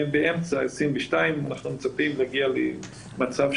באמצע 2022 אנחנו מצפים להגיע למצב,